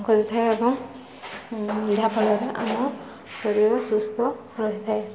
କରିଥାଏ ଏବଂ ଯାହାଫଳରେ ଆମ ଶରୀର ସୁସ୍ଥ ରହିଥାଏ